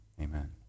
Amen